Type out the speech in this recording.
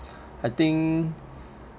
I think